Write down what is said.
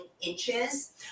inches